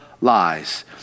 lies